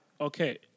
Okay